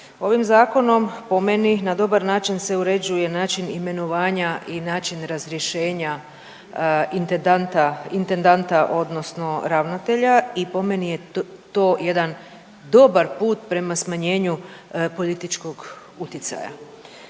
Ovim zakonom po meni na dobar način se uređuje način imenovanja i način razrješenja intendanta odnosno ravnatelja i po meni je to jedan dobar put prema smanjenju političkog utjecaja.